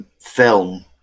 film